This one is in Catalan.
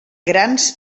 grans